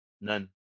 None